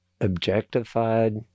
objectified